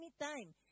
anytime